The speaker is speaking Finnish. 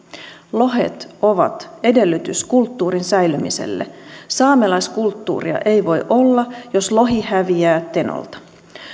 lohet ovat edellytys kulttuurin säilymiselle saamelaiskulttuuria ei voi olla jos lohi häviää tenolta